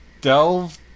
Delve